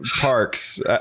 parks